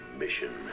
mission